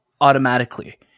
automatically